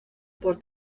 por